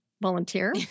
volunteer